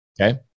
okay